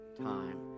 time